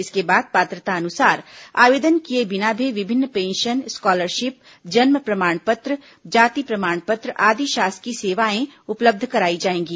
इसके बाद पात्रता अनुसार आवेदन किये बिना भी विभिन्न पेंषन स्कॉलरषिप जन्म प्रमाणपत्र जाति प्रमाणपत्र आदि शासकीय सेवाएं उपलब्ध कराई जाएंगी